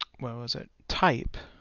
what was it? type,